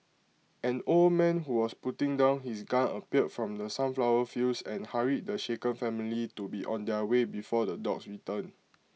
an old man who was putting down his gun appeared from the sunflower fields and hurried the shaken family to be on their way before the dogs return